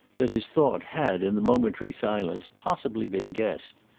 that his thought had in the momentary silence possibly been guessed.